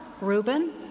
Reuben